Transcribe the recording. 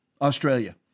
australia